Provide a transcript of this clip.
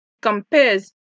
compares